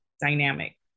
dynamic